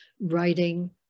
writing